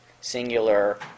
singular